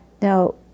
Now